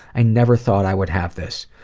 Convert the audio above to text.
i never thought i would have this.